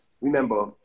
remember